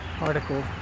article